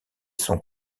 sont